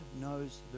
knows